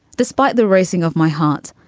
despite the racing of my heart,